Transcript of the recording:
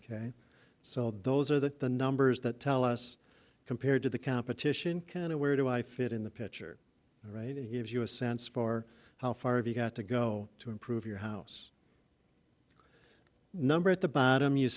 ok so those are the the numbers that tell us compared to the competition kind of where do i fit in the picture right it gives you a sense for how far have you got to go to improve your house number at the bottom you